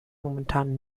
momentan